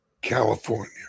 california